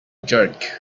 jerk